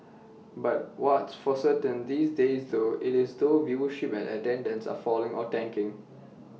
but what's for certain these days though IT is though viewership and attendance are falling or tanking